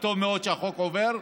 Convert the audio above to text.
וטוב מאוד שהחוק עובר,